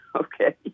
okay